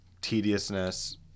tediousness